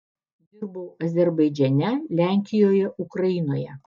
dirbau azerbaidžane lenkijoje ukrainoje